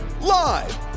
Live